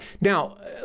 now